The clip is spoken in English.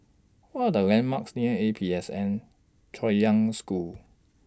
What Are The landmarks near A P S N Chaoyang School